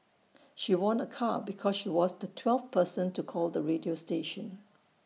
she won A car because she was the twelfth person to call the radio station